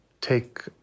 take